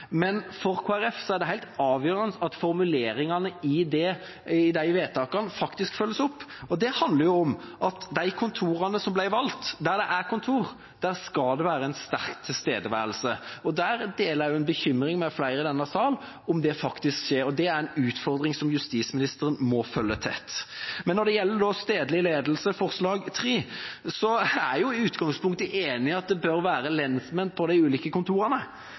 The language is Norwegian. er det helt avgjørende at formuleringene i de vedtakene faktisk følges opp, og det handler om at ved de kontorene som ble valgt, der det er kontor, skal det være en sterk tilstedeværelse. Jeg deler også bekymringen med flere i denne sal over om det faktisk skjer. Det er en utfordring som justisministeren må følge tett. Når det gjelder forslag til vedtak III, om stedlig ledelse, er jeg i utgangspunktet enig i at det bør være lensmenn på de ulike kontorene,